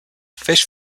fish